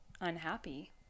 unhappy